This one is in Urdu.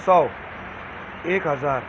سو ایک ہزار